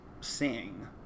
sing